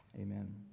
Amen